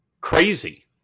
Crazy